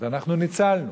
ואנחנו ניצלנו.